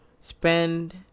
spend